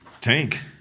Tank